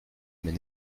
m’est